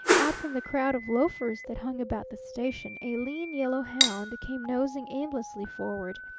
out from the crowd of loafers that hung about the station a lean yellow hound came nosing aimlessly forward,